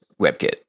WebKit